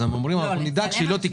אז הם אומרים: אנחנו נדאג שהיא לא תקלוט.